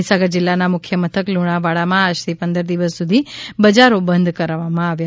મહિસાગર જિલ્લાના મુખ્ય મથક લુણાવાડામાં આજથી પંદર દિવસ સુધી બજારો બંધ કરાવવામાં આવ્યા